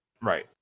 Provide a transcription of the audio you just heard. Right